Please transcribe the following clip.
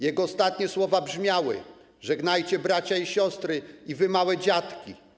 Jego ostatnie słowa brzmiały: Żegnajcie bracia i siostry, i wy, małe dziatki.